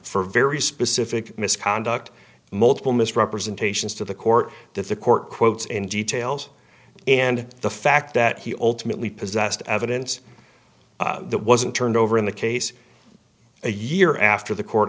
for very specific misconduct multiple misrepresentations to the court that the court quotes in details and the fact that he ultimately possessed evidence that wasn't turned over in the case a year after the court